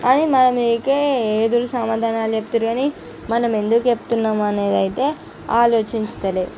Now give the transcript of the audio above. అని మనమీదికే ఎదురు సమాధానాలు చెప్తురు కానీ మనం ఎందుకు చెప్తున్నాము అనేది అయితే ఆలోచించతలే